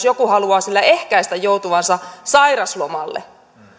joku haluaa sillä ehkäistä joutumisensa sairauslomalle